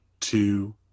Two